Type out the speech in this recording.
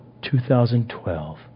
2012